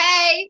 Hey